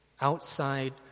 outside